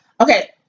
Okay